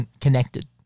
connected